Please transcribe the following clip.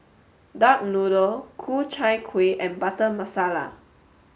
duck noodle Ku Chai Kueh and Butter Masala